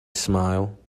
smile